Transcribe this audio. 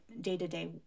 day-to-day